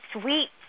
sweet